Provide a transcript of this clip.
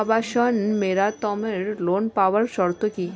আবাসন মেরামতের ঋণ পাওয়ার শর্ত কি?